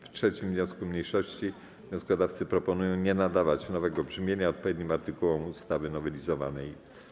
W 3. wniosku mniejszości wnioskodawcy proponują nie nadawać nowego brzmienia odpowiednim artykułom ustawy nowelizowanej.